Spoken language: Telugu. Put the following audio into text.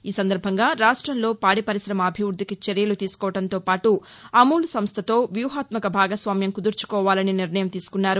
ఈ సందర్భంగా రాష్టంలో పాడి పరిశమ అభివృద్దికి చర్యలు తీసుకోవడంతోపాటు అమూల్ సంస్టతో వ్యూహాత్మక భాగస్వామ్యం కుదుర్చుకోవాలని నిర్ణయం తీసుకున్నారు